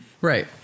Right